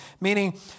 Meaning